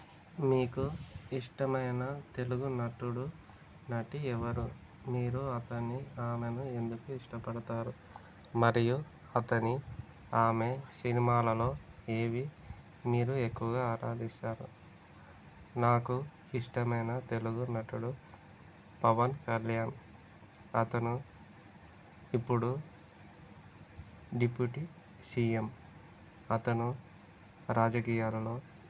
మీకు ఇష్టమైన తెలుగు నటుడు నటి ఎవరు మీరు అతని ఆమెను ఎందుకు ఇష్టపడతారు మరియు అతని ఆమె సినిమాలలో ఏవి మీరు ఎక్కువగా ఆరాధిస్తారు నాకు ఇష్టమైన తెలుగు నటుడు పవన్ కళ్యాణ్ అతను ఇప్పుడు డిప్యూటీ సీఎం అతను రాజకీయాలలో